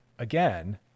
Again